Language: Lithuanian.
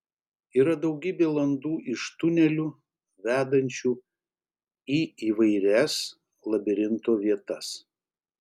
yra daugybė landų iš tunelių vedančių į įvairias labirinto vietas